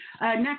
Next